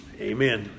Amen